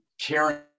Karen